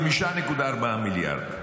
5.4 מיליארד.